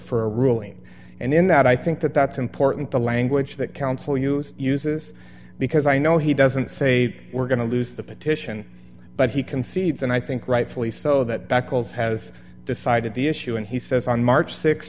for a ruling and in that i think that that's important the language that council use uses because i know he doesn't say we're going to lose the petition but he concedes and i think rightfully so that baucus has decided the issue and he says on march